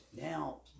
now